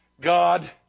god